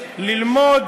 ללמוד